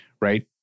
right